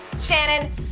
Shannon